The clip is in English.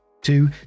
Two